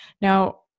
Now